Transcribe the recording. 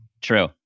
true